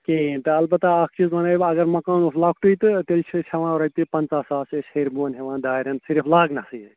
کِہیٖنۍ تہٕ البتہ اَکھ چیٖز وَنَے بہٕ اگر مکان اوس لَکٹُے تہٕ تیٚلہِ چھِ أسۍ ہٮ۪وان رۄپیہِ پنٛژاہ ساس أسۍ ہیٚرِ بۄن ہٮ۪وان دارٮ۪ن صرف لاگنَسٕے یٲتۍ